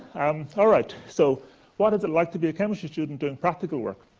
um alright, so what is it like to be a chemistry student doing practical work?